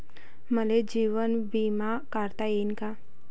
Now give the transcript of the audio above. मले जीवन बिमा काढता येईन का?